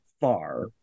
far